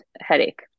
headache